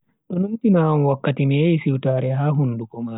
Do numtina am am wakkati mi yehi siwtare ha hunduko mayo.